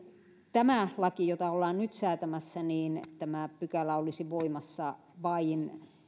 tämä laki jota ollaan nyt säätämässä tämä pykälä olisi voimassa vain